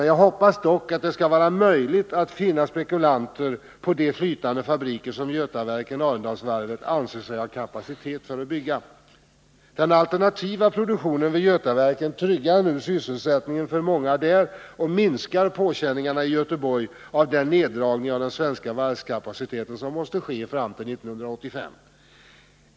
Jag hoppas dock att det skall vara möjligt att finna spekulanter på de flytande fabriker som Götaverken Arendal AB anser sig ha kapacitet att bygga. Den alternativa produktionen vid Götaverken tryggar nu sysselsättningen för många där och minskar påkänningarna i Göteborg av den neddragning av den svenska varvskapaciteten som måste ske fram till 1985.